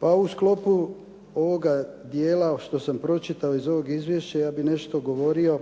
Pa u sklopu ovog dijela što sam pročitao iz ovog izvješća ja bih nešto govorio